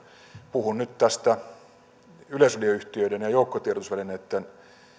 puhun nyt tästä yleisradioyhtiöiden ja joukkotiedotusvälineitten